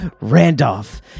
Randolph